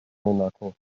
monaco